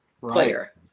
player